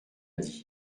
dit